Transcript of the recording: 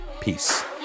Peace